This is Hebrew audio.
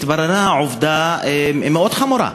התבררה עובדה מאוד חמורה,